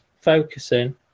focusing